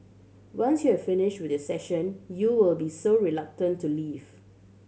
once you're finish with your session you'll be so reluctant to leave